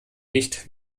nicht